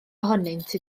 ohonynt